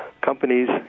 companies